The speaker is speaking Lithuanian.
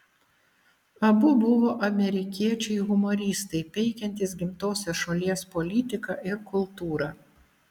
abu buvo amerikiečiai humoristai peikiantys gimtosios šalies politiką ir kultūrą